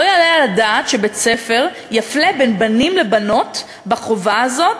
לא יעלה על הדעת שבית-ספר יפלה בין בנים לבנות בחובה הזאת,